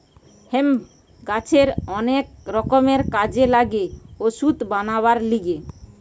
hemp গাছের অনেক রকমের কাজে লাগে ওষুধ বানাবার লিগে